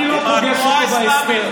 אני לא פוגש אותו בהסתר.